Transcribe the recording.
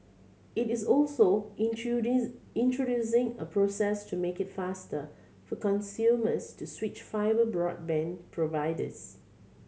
it is also introducing a process to make it faster for consumers to switch fibre broadband providers